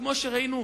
וכמו שראינו,